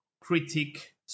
critic